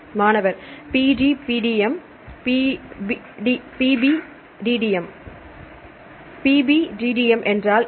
மாணவர் PDBTM PBDTM PBDTM என்றால் என்ன